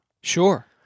Sure